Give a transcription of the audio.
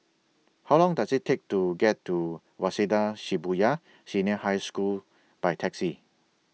How Long Does IT Take to get to Waseda Shibuya Senior High School By Taxi